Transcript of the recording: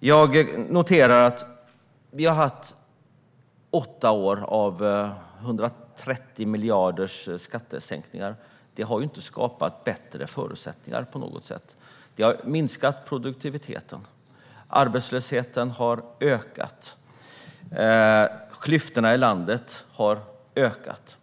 Jag noterar att vi har haft åtta år av skattesänkningar med 130 miljarder. Det har inte på något sätt skapat bättre förutsättningar. Det har minskat produktiviteten. Arbetslösheten och klyftorna i landet har ökat.